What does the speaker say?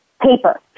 paper